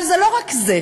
אבל זה לא רק זה,